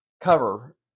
cover